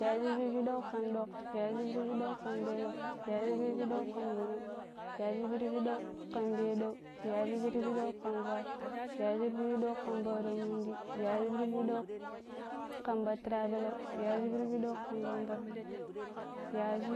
yashi pidpidon kan ɗok, yashji pidpoidon kan pelen, yashji pidpoidon kan gɓonong, yashji pidpoidon kan peden, yashji pidpoidon kan fwat, yashji pidpoidon kan pattiran mundi, yashji pidpoidon kan pattiran pelen, yashji pidpoidon kan kom ɓoi, yashi